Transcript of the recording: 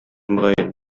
мөгаен